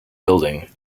building